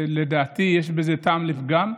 ולדעתי יש בזה טעם לפגם,